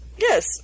Yes